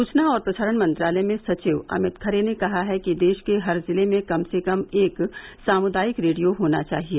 सूचना और प्रसारण मंत्रालय में सचिव अमित खरे ने कहा है कि देश के हर जिले में कम से कम एक सामुदायिक रेडियो होना चाहिए